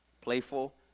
playful